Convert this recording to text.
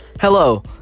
Hello